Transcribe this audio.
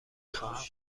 خواهم